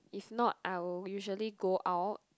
if not I will usually go out